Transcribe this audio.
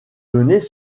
données